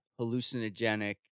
hallucinogenic